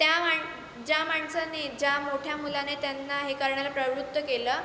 त्या माण ज्या माणसानी ज्या मोठ्या मुलाने त्यांना हे करण्याला प्रवृत्त केलं